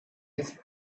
his